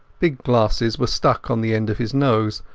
big glasses were stuck on the end of his nose,